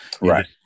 Right